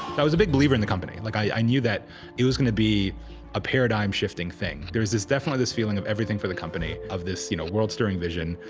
was a big believer in the company. like, i knew that it was going to be a paradigm-shifting thing. there was this, definitely this feeling of everything for the company, of this, you know, world-stirring vision.